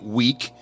weak